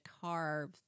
carve